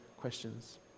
questions